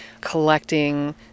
collecting